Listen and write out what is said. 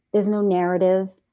there's no narrative.